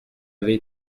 avait